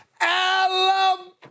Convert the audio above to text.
Alabama